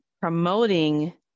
promoting